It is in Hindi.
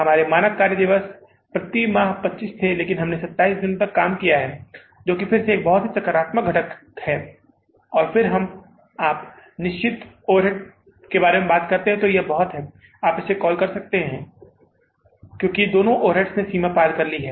हमारे मानक कार्य दिवस प्रति माह 25 थे लेकिन हमने 27 दिनों के लिए काम किया है जो फिर से एक बहुत ही सकारात्मक कारक है और जब आप निश्चित ओवरहेड्स के बारे में बात करते हैं तो एक बहुत है आप इसे कॉल कर सकते हैं क्योंकि दोनों ओवरहेड्स ने सीमा पार कर ली है